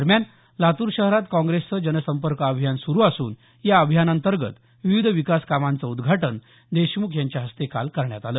दरम्यान लातूर शहरात काँग्रेसचं जनसंपर्क अभियान सुरु असून या अभियानातंर्गत विविध विकास कामांच उद्घाटन देशमुख यांच्या हस्ते काल करण्यात आलं